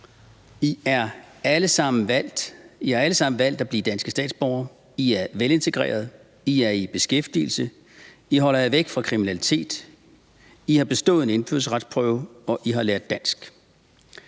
alle sammen valgt at blive danske statsborgere; I er velintegrerede; I er i beskæftigelse; I holder jer væk fra kriminalitet; I har bestået en indfødsretsprøve; og I har lært dansk.